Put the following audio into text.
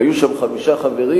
היו שם חמישה חברים.